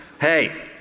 hey